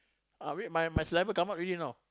ah wait my my saliva come out already now